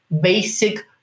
basic